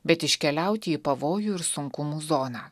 bet iškeliauti į pavojų ir sunkumų zoną